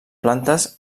plantes